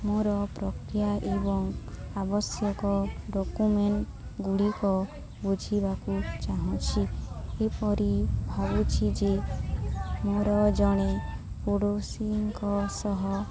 ମୋର ପ୍ରକ୍ରିୟା ଏବଂ ଆବଶ୍ୟକ ଡକ୍ୟୁମେଣ୍ଟ ଗୁଡ଼ିକ ବୁଝିବାକୁ ଚାହୁଁଛି ଏପରି ଭାବୁଛି ଯେ ମୋର ଜଣେ ପଡ଼ୋଶୀଙ୍କ ସହ